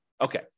Okay